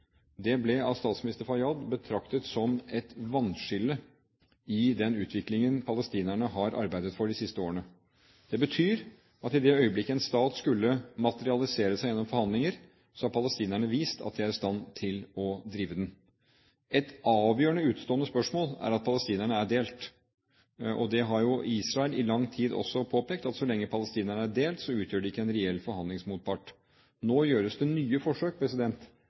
Det ble av statsminister Fayyad betraktet som et vannskille i den utviklingen palestinerne har arbeidet for de siste årene. Det betyr at i det øyeblikk en stat skulle materialisere seg gjennom forhandlinger, har palestinerne vist at de er i stand til å drive den. Et avgjørende utestående spørsmål er at palestinerne er delt. Det har jo Israel i lang tid også påpekt, at så lenge palestinerne er delt, utgjør de ikke en reell forhandlingsmotpart. Nå gjøres det nye forsøk